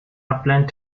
upland